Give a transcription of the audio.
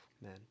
man